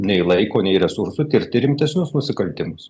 nei laiko nei resursų tirti rimtesnius nusikaltimus